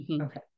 okay